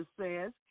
says